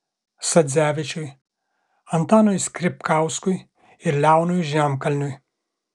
sadzevičiui antanui skripkauskui ir leonui žemkalniui